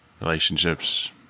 relationships